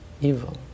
evil